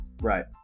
right